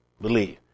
believe